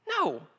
No